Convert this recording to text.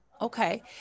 okay